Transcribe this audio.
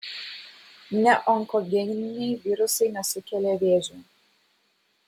neonkogeniniai virusai nesukelia vėžio